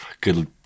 good